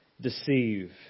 deceive